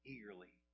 Eagerly